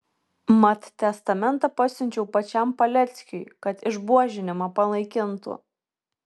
mat testamentą pasiunčiau pačiam paleckiui kad išbuožinimą panaikintų